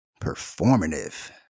Performative